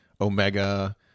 Omega